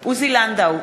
עוזי לנדאו,